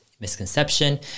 misconception